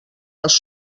els